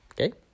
okay